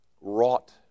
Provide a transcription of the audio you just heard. wrought